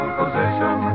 position